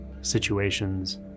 situations